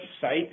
site